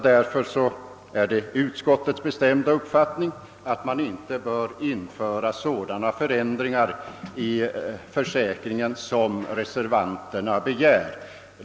Därför är det utskottsmajoritetens bestämda uppfattning att man inte bör införa sådana förändringar i den allmänna försäkringen som reservanterna begär.